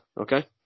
okay